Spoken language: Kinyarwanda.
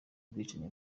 bwicanyi